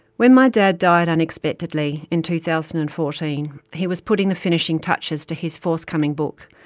when my dad died unexpectedly in two thousand and fourteen, he was putting the finishing touches to his forthcoming book,